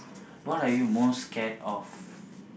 what are you most scared of